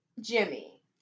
Jimmy